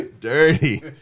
dirty